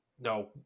No